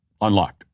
unlocked